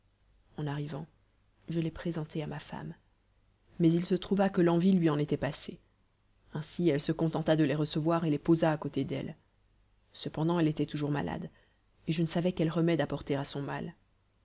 en arrivant je les présentai à ma femme mais il se trouva que l'envie lui en était passée ainsi elle se contenta de les recevoir et les posa à côté d'elle cependant elle était toujours malade et je ne savais quel remède apporter à son mal